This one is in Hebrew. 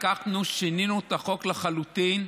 לקחנו ושינינו את החוק לחלוטין.